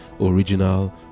original